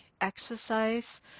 exercise